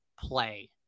play